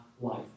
life